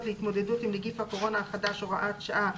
להתמודדות עם נגיף הקורונה החדש (הוראת שעה),